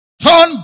turn